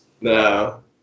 No